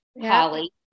Holly